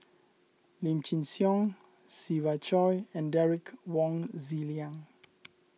Lim Chin Siong Siva Choy and Derek Wong Zi Liang